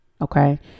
okay